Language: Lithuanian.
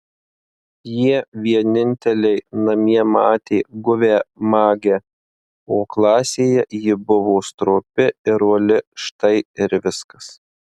jie vieninteliai namie matė guvią magę o klasėje ji buvo stropi ir uoli štai ir viskas